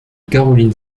caroline